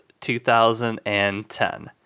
2010